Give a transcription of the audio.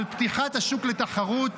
על פתיחת השוק לתחרות,